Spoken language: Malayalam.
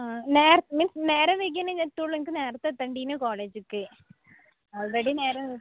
നേർ മീൻസ് നേരം വൈകിനി എത്തുളളൂ എനിക്ക് നേരത്തെ എത്തണ്ടീനു കോളജിലേക്ക് ഓൾറെഡി നേരം